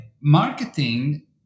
marketing